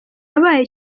wabaye